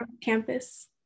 campus